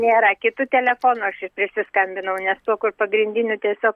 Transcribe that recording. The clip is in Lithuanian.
nėra kitu telefonu aš čia prisiskambinau nes tuo kur pagrindiniu tiesiog